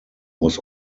was